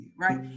right